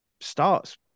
starts